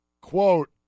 Quote